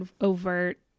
overt